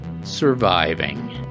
surviving